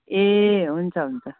ए हुन्छ हुन्छ